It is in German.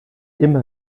immer